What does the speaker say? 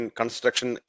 construction